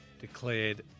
declared